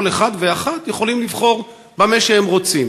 כל אחד ואחת יכולים לבחור במה שהם רוצים.